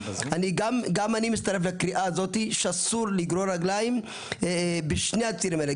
גם אני מצטרף לקריאה הזאת שאסור לגרור רגליים בשני הצירים האלה.